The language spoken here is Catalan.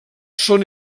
són